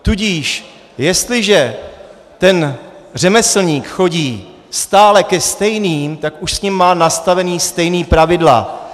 Tudíž jestliže ten řemeslník chodí stále ke stejným, tak už s nimi má nastavená stejná pravidla.